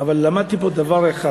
אבל למדתי פה דבר אחד,